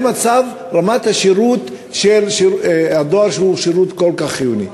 רמת השירות של הדואר שהוא שירות כל כך חיוני.